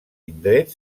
indret